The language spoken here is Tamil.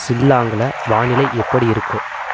ஷில்லாங்கில் வானிலை எப்படி இருக்கு